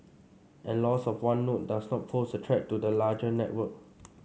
and loss of one node does not pose a threat to the larger network